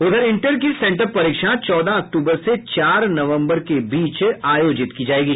उधर इंटर की सेंटअप परीक्षा चौदह अक्टूबर से चार नवम्बर के बीच आयोजित की जायेगी